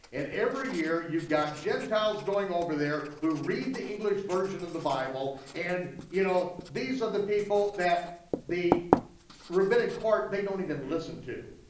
and every year, you've got gentiles going over there who read the english version of the bible and you know, these are the people that the rabbinic court, they don't even listen to.